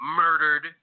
murdered